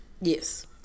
Yes